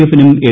എഫിനും എൽ